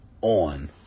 on